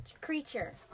creature